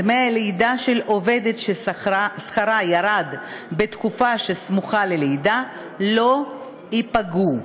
דמי הלידה של עובדת ששכרה ירד בתקופה שסמוכה ללידה לא ייפגעו.